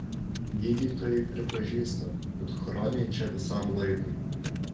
gydytojai pripažįsta kad chroniai čia visam laikui